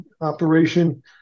operation